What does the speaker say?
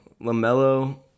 LaMelo